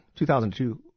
2002